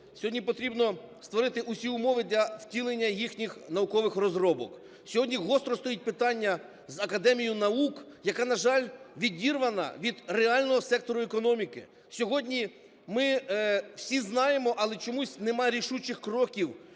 сьогодні потрібно створити всі умови для втілення їхніх наукових розробок. Сьогодні гостро стоїть питання за Академію наук, яка, на жаль, відірвана від реального сектору економіки. Сьогодні ми всі знаємо, але чомусь нема рішучих кроків